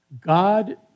God